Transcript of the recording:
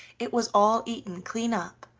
it was all eaten clean up,